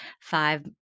five